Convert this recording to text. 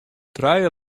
trije